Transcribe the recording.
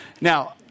Now